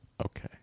okay